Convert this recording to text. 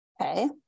Okay